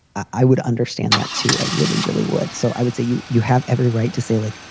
i would understand that, too. i really, really would. so i would say you you have every right to say like,